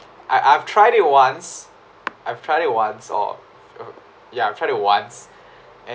I've I've tried it once I've tried it once or f~ ya I've tried it once and